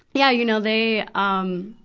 yeah, you know, they, um,